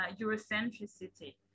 Eurocentricity